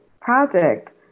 project